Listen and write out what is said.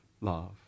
love